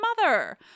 mother